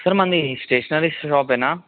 sir మనది stationery షాపేనా